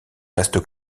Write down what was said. reste